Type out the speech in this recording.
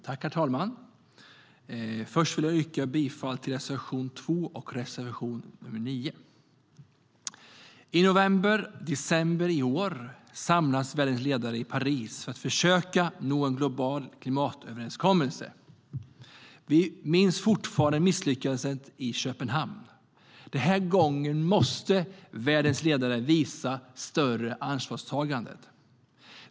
Herr talman! Jag vill först yrka bifall till reservationerna 2 och 9. I november och december i år samlas världens ledare i Paris för att försöka nå en global klimatöverenskommelse. Vi minns fortfarande misslyckandet i Köpenhamn. Den här gången måste världens ledare visa större ansvarstagande.